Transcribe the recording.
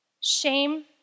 Shame